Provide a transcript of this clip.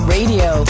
Radio